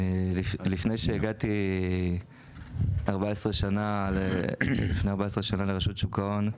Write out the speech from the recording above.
לפני 14 שנה כשהגעתי לרשות שוק ההון,